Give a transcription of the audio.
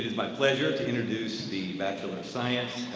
my pleasure to introduce the bachelor of science